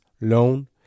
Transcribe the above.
loan